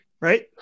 right